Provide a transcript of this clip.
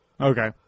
Okay